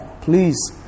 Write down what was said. Please